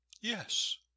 yes